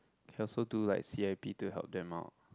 can also do like C_A_P to help them out